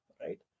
right